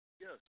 Yes